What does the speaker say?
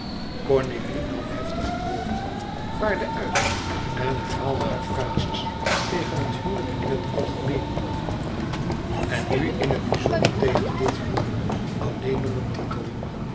cornélie nam heftig het woord vaarde uit en herhaalde hare frazes tegen het huwelijk in het algemeen en nu in het bizonder tegen dit huwelijk alleen om een titel